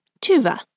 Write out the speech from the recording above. Tuva